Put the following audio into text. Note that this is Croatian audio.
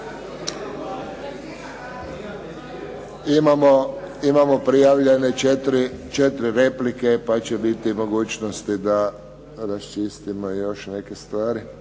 Imamo prijavljene četiri replike pa će biti mogućnosti da raščistimo još neke stvari